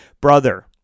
brother